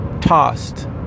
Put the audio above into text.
tossed